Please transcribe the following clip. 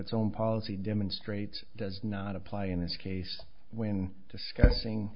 its own policy demonstrates does not apply in this case when discussing